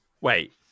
Wait